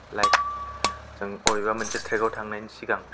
like जों बबेबा मोनसे ट्रेकाव थांनायनि सिगां